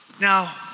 Now